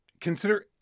Consider